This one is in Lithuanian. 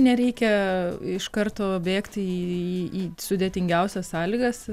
nereikia iš karto bėgti į sudėtingiausias sąlygas